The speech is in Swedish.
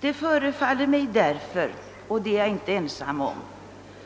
Det förefaller mig därför — och jag är inte ensam om denna mening